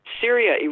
Syria